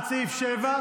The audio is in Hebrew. עד סעיף 7?